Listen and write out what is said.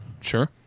Sure